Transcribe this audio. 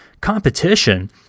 competition